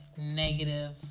negative